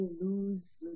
lose